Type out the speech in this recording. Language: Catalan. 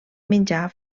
menjar